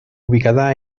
ubicada